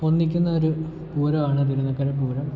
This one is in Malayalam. ഒന്നിക്കുന്നൊരു പൂരമാണ് തിരുനക്കര പൂരം